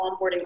onboarding